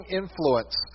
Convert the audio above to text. influence